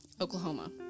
Oklahoma